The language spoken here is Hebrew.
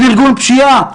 של ארגון פשיעה.